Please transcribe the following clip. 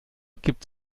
gibt